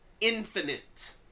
infinite